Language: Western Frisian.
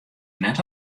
net